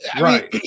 right